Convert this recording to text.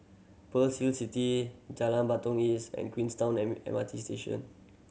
Pearl City Jalan Batalong East and Queenstown M R T Station